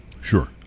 sure